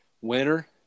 Winner